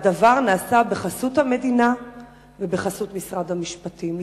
והדבר נעשה בחסות המדינה ובחסות משרד המשפטים.